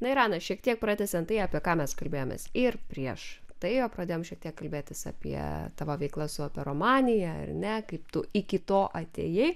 na ir ana šiek tiek pratęsiant tai apie ką mes kalbėjomės ir prieš tai o pradėjom šiek tiek kalbėtis apie tavo veiklas su operomanija ar ne kaip tu iki to atėjai